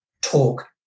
talk